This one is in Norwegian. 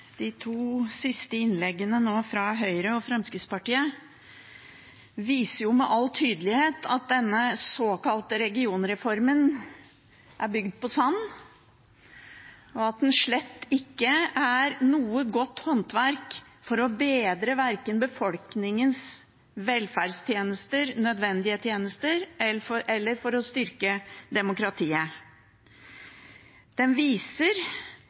De to siste innleggene, fra Høyre og Fremskrittspartiet, viser jo med all tydelighet at denne såkalte regionreformen er bygd på sand, og at den slett ikke er noe godt håndverk for å bedre verken befolkningens velferdstjenester, nødvendige tjenester, eller for å styrke demokratiet. Det viser